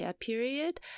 period